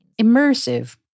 immersive